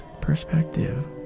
perspective